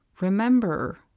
remember